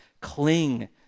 cling